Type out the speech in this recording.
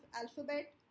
alphabet